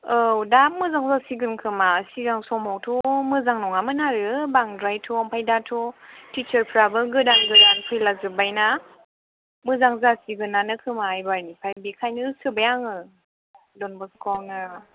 औ दा मोजां जासिगोन खोमा सिगां समावथ' मोजां नङामोन आरो बांद्रायथ' आमफ्राय दाथ' टिचारफ्राबो गोदान गोदान फैला जोब्बायना मोजां जासिगोनानो खोमा एबारनिफ्राय बेखायनो सोबाय आङो डनबस्क'यावनो